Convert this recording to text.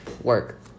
Work